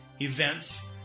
events